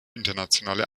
internationale